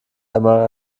einmal